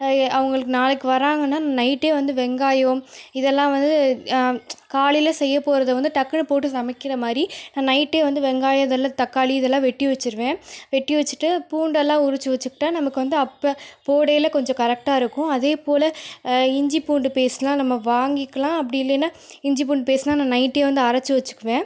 அவங்களுக்கு நாளைக்கு வராங்கன்னால் நைட்டே வந்து வெங்காயம் இதல்லாம் வந்து காலையிலே செய்ய போகிறத வந்து டக்குனு போட்டு சமைக்கிற மாதிரி நைட்டே வந்து வெங்காயம் இதல்லாம் தக்காளி இதல்லாம் வெட்டி வச்சுடுவேன் வெட்டி வச்சுட்டு பூண்டல்லாம் உரித்து வச்சிட்டால் நமக்கு வந்து அப்போ போடையில கொஞ்சம் கரெக்டாக இருக்கும் அதே போல இஞ்சி பூண்டு பேஸ்ட்ல்லாம் நம்ம வாங்கிக்கிலாம் அப்படியில்லனா இஞ்சி பூண்டு பேஸ்ட் நைட்டே வந்து அரைத்து வச்சுப்பேன்